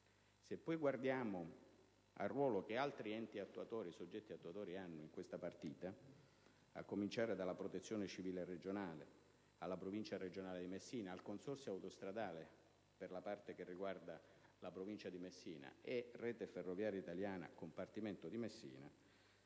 Se poi guardiamo al ruolo che altri soggetti attuatori hanno in questa partita, dalla Protezione civile regionale alla Provincia regionale di Messina, al consorzio autostradale per la parte che riguarda la Provincia di Messina e a Rete ferroviaria italiana, compartimento di Messina,